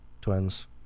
twins